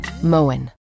Moen